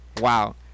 Wow